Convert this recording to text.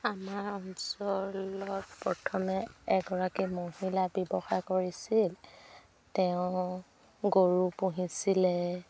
আমাৰ অঞ্চলত প্ৰথমে এগৰাকী মহিলাই ব্যৱসায় কৰিছিল তেওঁ গৰু পুহিছিলে